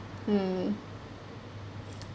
mm